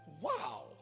Wow